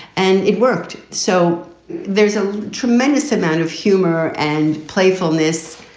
and it worked. so there's a tremendous amount of humor and playfulness,